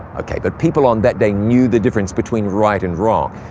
okay, but people on that day knew the difference between right and wrong.